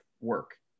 work